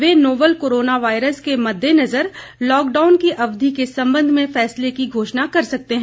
वे novel corona virus के मद्देनजर lockdown की अवधि के संबंध में फैसले की घोषणा कर सकते हैं